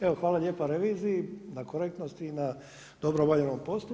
Evo hvala lijepa Reviziji na korektnosti i na dobro obavljenom poslu.